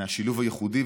מהשילוב הייחודי,